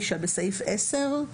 (9) בסעיף 10,